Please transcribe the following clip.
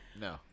No